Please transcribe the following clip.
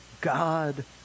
God